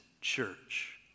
church